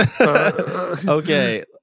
Okay